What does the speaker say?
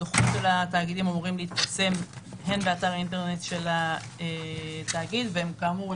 הדוחות של התאגידים אמורים להתפרסם הן באתר האינטרנט של התאגיד וכאמור,